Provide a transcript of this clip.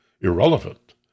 irrelevant